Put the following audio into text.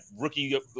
rookie